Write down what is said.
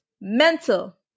Mental